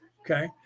okay